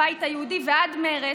הבית היהודי ועד מרצ,